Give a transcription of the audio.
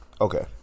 okay